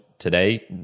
Today